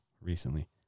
recently